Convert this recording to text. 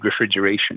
refrigeration